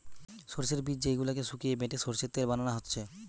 সোর্সের বীজ যেই গুলাকে শুকিয়ে বেটে সোর্সের তেল বানানা হচ্ছে